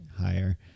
higher